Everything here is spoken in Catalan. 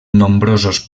nombrosos